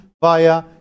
via